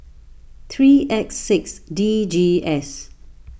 three X six D G S